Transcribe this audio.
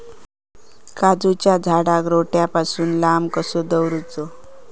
काजूच्या झाडांका रोट्या पासून लांब कसो दवरूचो?